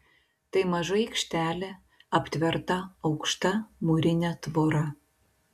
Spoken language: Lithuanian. tai maža aikštelė aptverta aukšta mūrine tvora